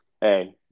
hey